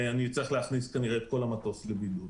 אני אצטרך להכניס כנראה את כל המטוס לבידוד.